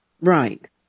right